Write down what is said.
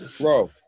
Bro